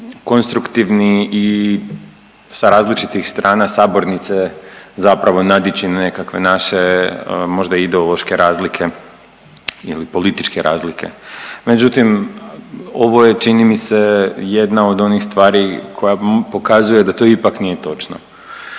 konstruktivni i sa različitih strana sabornice zapravo nadići nekakve naše možda ideološke razlike ili političke razlike. Međutim, ovo je čini mi se jedna od onih stvari koja pokazuje da to ipak nije točno.